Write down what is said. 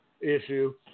issue